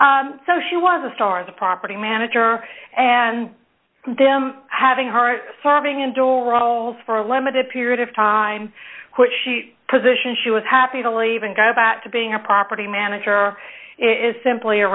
cost so she was a star the property manager and them having her sobbing in door rolls for a limited period of time which she position she was happy to leave and go back to being a property manager is simply a